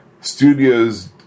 studios